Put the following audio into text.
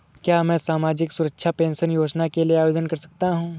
क्या मैं सामाजिक सुरक्षा पेंशन योजना के लिए आवेदन कर सकता हूँ?